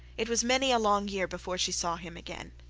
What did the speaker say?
it was many a long year before she saw him again.